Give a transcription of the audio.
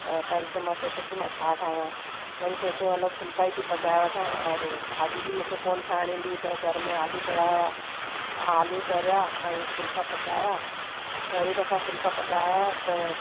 त पहिरीं त मां सोचो की मां छा ठाहियां वरी सोचो हलो फुल्का ई थी पचाए वठा और भाॼी बि मूंखे कोन्ह ठाइण ईंदी हुई त घर में आलू पिया हुया त आलू तरिया ऐं फुल्का पचायां पहिरीं दफ़ा फुल्का पचाया त